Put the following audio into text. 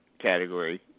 category